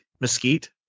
Mesquite